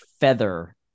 Feather